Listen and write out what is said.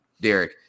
Derek